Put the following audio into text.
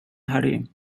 harry